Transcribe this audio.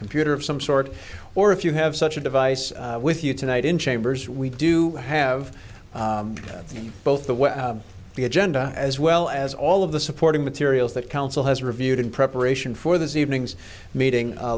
computer of some sort or if you have such a device with you tonight in chambers we do have both the what the agenda as well as all of the supporting materials that council has reviewed in preparation for this evening's meeting